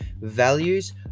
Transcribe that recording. values